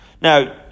Now